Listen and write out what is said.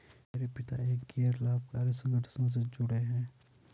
मेरे पिता एक गैर लाभकारी संगठन से जुड़े हैं